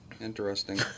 Interesting